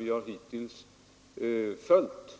Vi har hittills följt